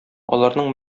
аларның